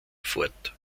fort